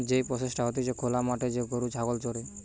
যেই প্রসেসটা হতিছে খোলা মাঠে যে গরু ছাগল চরে